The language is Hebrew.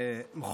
אלהואשלה, בבקשה.